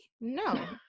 No